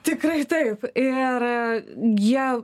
tikrai taip ir jie